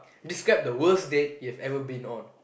describe the worst date you ever been on